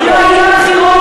לא על העניין המדיני?